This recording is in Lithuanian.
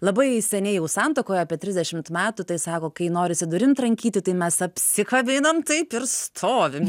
labai seniai jau santuokoj apie trisdešimt metų tai sako kai norisi durim trankyti tai mes apsikabinam taip ir stovim